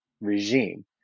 regime